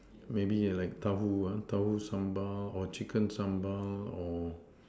maybe like tau-Hu tau-Hu sambal or chicken sambal or